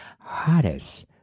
hottest